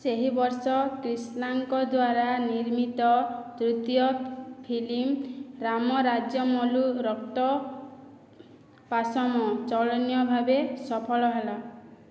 ସେହି ବର୍ଷ କ୍ରିଷ୍ଣାଙ୍କ ଦ୍ୱାରା ନିର୍ମିତ ତୃତୀୟ ଫିଲିମ୍ ରାମ ରାଜ୍ୟମଲୁ ରକ୍ତ ପାସମ ଚଳନୀୟ ଭାବେ ସଫଳ ହେଲା